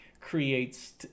creates